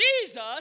Jesus